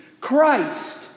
Christ